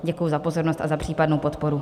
Děkuji za pozornost a za případnou podporu.